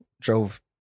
drove